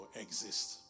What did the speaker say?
exist